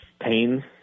Pain